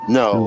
no